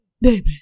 baby